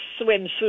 swimsuit